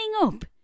up